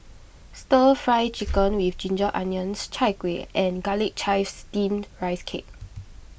Stir Fry Chicken with Ginger Onions Chai Kueh and Garlic Chives Steamed Rice Cake